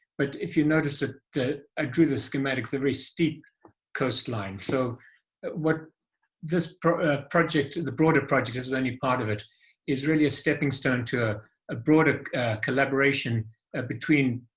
but if you notice ah that i drew the schematic the very steep coastline. so what this project the broader project is is only part of it is really a stepping stone to a broader collaboration ah between